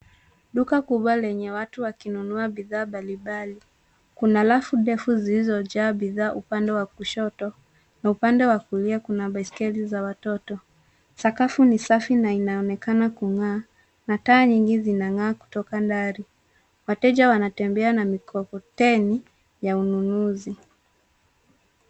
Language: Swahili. Duka kubwa lenye watu wakinunua bidhaa mbalimbali. Kuna rafu ndefu zilizojaa bidhaa upande wa kushoto na upande wa kulia kuna baisikeli za watoto. Sakafu ni safi na inaonekana kung'aa na taa nyingi zinang'aa kutoka dari. Wateja wanatembea na mikokoteni ya ununuzi.